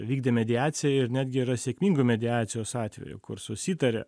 vykdė mediaciją ir netgi yra sėkmingų mediacijos atvejų kur susitaria